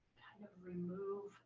remove